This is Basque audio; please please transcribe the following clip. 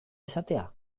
esatea